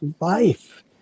life